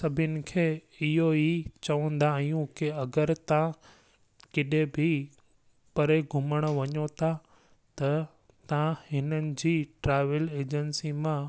सभिनि खे इहो ई चवंदा आहियूं अगरि तव्हां किथे बि परे घुमणु वञो था त तव्हां हिननि जी ट्रेवल एजेंसी मां